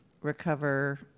recover